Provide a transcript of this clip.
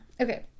Okay